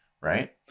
Right